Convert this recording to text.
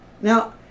Now